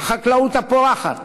החקלאות הפורחת,